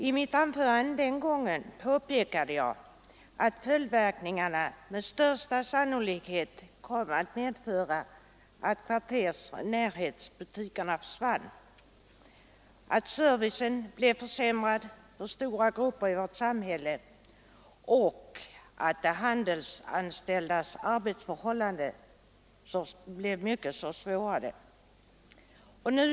I mitt anförande den gången påpekade jag att följdverkningarna med största sannolikhet skulle bli att kvartersoch närhetsbutiker försvann, att servicen försämrades för stora grupper i vårt samhälle och att de handelsanställdas arbetsförhållanden försvårades.